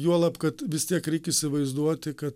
juolab kad vis tiek reikia įsivaizduoti kad